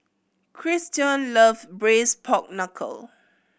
Christion love Braised Pork Knuckle